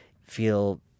feel